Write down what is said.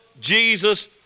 Jesus